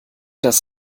das